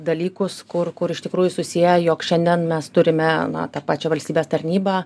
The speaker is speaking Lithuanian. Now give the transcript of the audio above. dalykus kur kur iš tikrųjų susiję jog šiandien mes turime na tą pačią valstybės tarnybą